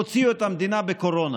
הוציאו את המדינה מקורונה.